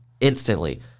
instantly